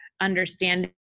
understanding